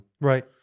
right